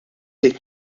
ngħid